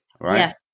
right